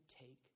take